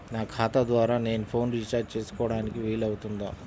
నా ఖాతా ద్వారా నేను ఫోన్ రీఛార్జ్ చేసుకోవడానికి వీలు అవుతుందా?